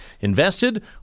invested